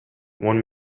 one